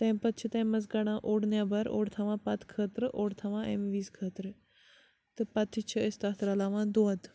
تمۍ پَتہٕ چھِ تمۍ منٛز کَڑان اوٚڑ نٮ۪بَر اوٚڑ تھاوان پَتہٕ خٲطرٕ اوٚڑ تھاوان ایٚمۍ وِزِ خٲطرٕ تہٕ پَتہٕ چھِ أسۍ تَتھ رَلاوان دۄد